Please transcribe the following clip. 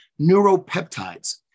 neuropeptides